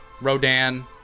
Rodan